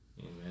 Amen